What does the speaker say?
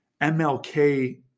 MLK